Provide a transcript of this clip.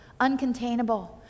uncontainable